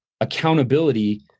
accountability